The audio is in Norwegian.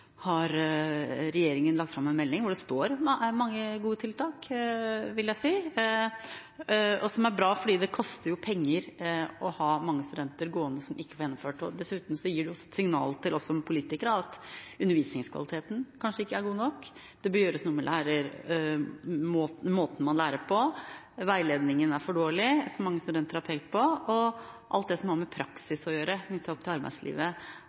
regjeringen lagt fram en melding hvor det er mange gode tiltak, vil jeg si. Det er bra, for det koster jo penger å ha mange studenter gående som ikke får gjennomført. Dessuten gir det et signal til oss som politikere at undervisningskvaliteten kanskje ikke er god nok, det bør gjøres noe med måten man lærer på, veiledningen er for dårlig – som mange studenter har pekt på – og alt som har med praksis knyttet til arbeidslivet